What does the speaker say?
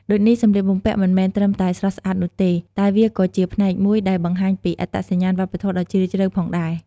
ដូច្នេះសម្លៀកបំពាក់មិនមែនត្រឹមតែស្រស់ស្អាតនោះទេ តែវាក៏ជាផ្នែកមួយដែលបង្ហាញពីអត្តសញ្ញាណវប្បធម៌ដ៏ជ្រាលជ្រៅផងដែរ ។